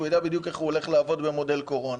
שהוא יודע בדיוק איך הוא הולך לעבוד במודל קורונה.